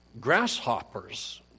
grasshoppers